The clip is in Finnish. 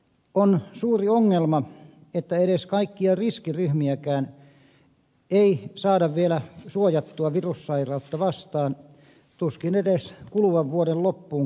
on suuri ongelma että edes kaikkia riskiryhmiäkään ei saada vielä suojattua virussairautta vastaan tuskin edes kuluvan vuoden loppuunkaan mennessä